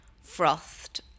frothed